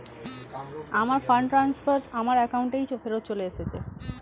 আমার fund transfer আমার অ্যাকাউন্টেই ফেরত চলে এসেছে